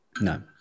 No